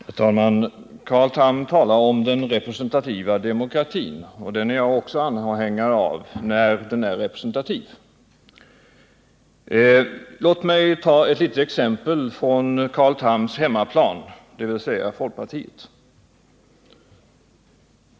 Herr talman! Carl Tham talar om den representativa demokratin. Den är jag också anhängare av, när den är representativ. Låt mig ta ett litet exempel från Carl Thams hemmaplan, dvs. folkpartiet.